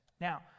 Now